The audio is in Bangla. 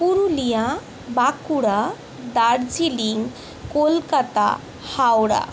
পুরুলিয়া বাঁকুড়া দার্জিলিং কলকাতা হাওড়া